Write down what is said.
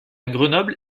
grenoble